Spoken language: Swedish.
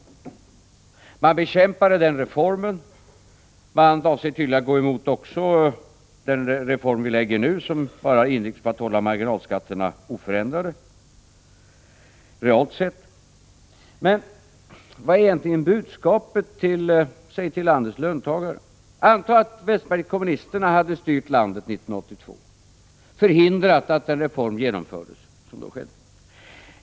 Kommunisterna bekämpade reformen då och avser tydligen att nu gå emot den här reformen, som bara syftar till att hålla marginalskatterna på en oförändrad nivå realt sett. Vilket är egentligen budskapet till landets löntagare? Anta att vänsterpartiet kommunisterna hade styrt landet 1982 och förhindrat att reformen genomförts.